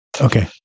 Okay